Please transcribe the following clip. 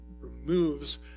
removes